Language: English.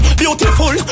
beautiful